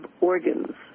organs